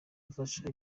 gufasha